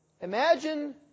Imagine